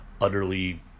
utterly